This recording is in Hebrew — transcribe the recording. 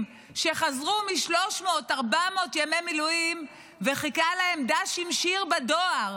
שיחזרו מ-300-400 ימי מילואים וחיכה להם ד"ש עם שיר בדואר